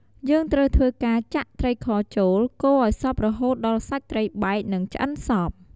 យើងត្រូវធ្វើការចាក់ត្រីខចូល កូរឲ្យសព្វរហូតដល់សាច់ត្រីបែក និងឆ្អិនសព្វ។